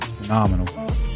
phenomenal